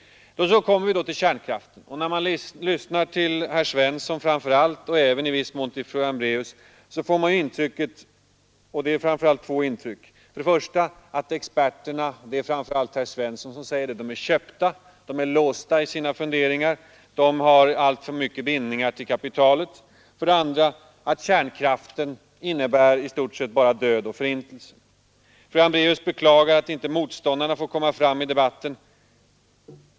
Så kommer vi då till kärnkraften! Framför allt när man lyssnar till herr Svensson i Malmö och i någon mån när man lyssnar till fru Hambraeus får i man i huvudsak två intryck, för det första att experterna — det är främst herr Svensson som säger det — är köpta och låsta i sina funderingar och att de har alltför starka bindningar till kapitalet samt för det andra att kärnkraften i stort sett bara innebär död och förintelse. Fru Hambraeus beklagar att motståndarna till kärnkraften inte får komma fram i debatten.